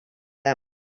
them